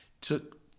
took